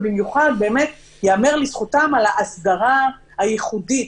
ובמיוחד ייאמר לזכותם: על ההסדרה הייחודית.